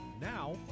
Now